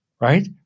Right